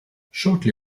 shortly